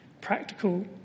practical